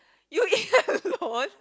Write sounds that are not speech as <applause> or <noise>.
<noise> you eat alone